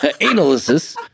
Analysis